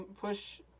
push